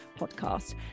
podcast